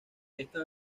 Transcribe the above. esta